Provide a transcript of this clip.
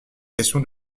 question